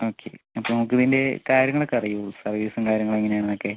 okay അപ്പം നമുക്ക് ഇതിൻ്റെ കാര്യങ്ങളൊക്കെ അറിയുമോ സർവീസും കാര്യങ്ങളും എങ്ങനെ ആണെന്നൊക്കെ